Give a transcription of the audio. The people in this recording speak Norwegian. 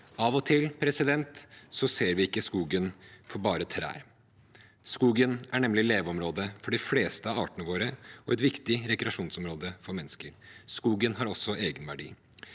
Av og til ser vi ikke skogen for bare trær. Skogen er nemlig leveområde for de fleste artene våre og et viktig rekreasjonsområde for mennesker. Skogen har også egenverdi.